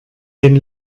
den